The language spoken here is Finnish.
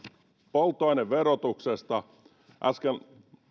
polttoaineverotuksesta äsken